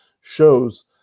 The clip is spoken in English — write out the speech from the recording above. shows